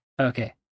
Okay